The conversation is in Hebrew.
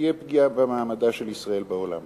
שתהיה פגיעה במעמדה של ישראל בעולם,